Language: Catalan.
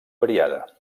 variada